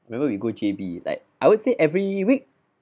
remember we go J_B like I would say every week